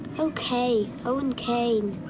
o k. owen kane.